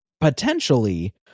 potentially